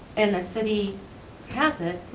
and the city has it,